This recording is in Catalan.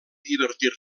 divertir